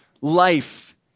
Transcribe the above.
life